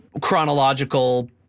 chronological